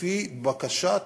לפי בקשת